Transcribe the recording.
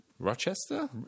Rochester